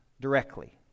directly